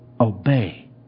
obey